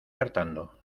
hartando